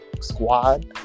squad